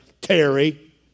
Terry